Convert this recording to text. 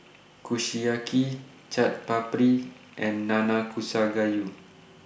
Kushiyaki Chaat Papri and Nanakusa Gayu